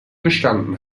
bestanden